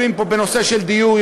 בנושא של דיור,